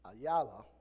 Ayala